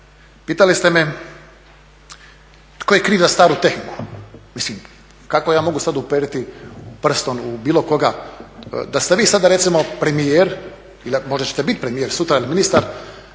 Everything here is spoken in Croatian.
Pitali ste me tko je kriv za staru tehniku? Mislim kako ja mogu sad uperiti prstom u bilo koga. Da ste vi sada recimo premijer ili možda ćete biti premijer sutra ili ministar,